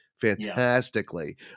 fantastically